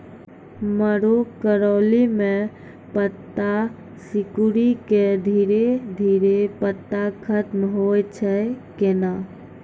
मरो करैली म पत्ता सिकुड़ी के धीरे धीरे पत्ता खत्म होय छै कैनै?